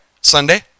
Sunday